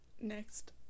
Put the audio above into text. Next